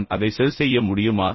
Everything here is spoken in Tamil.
நான் அதை சரிசெய்ய முடியுமா